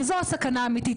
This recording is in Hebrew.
וזאת הסכנה האמיתית,